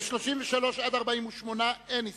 לסעיפים 33 48 אין הסתייגויות.